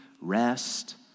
rest